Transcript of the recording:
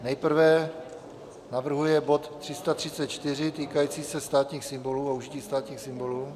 Nejprve navrhuje bod 334 týkající se státních symbolů a užití státních symbolů.